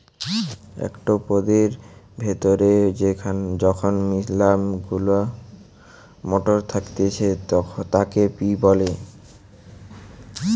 একটো পদের ভেতরে যখন মিলা গুলা মটর থাকতিছে তাকে পি বলে